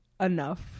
enough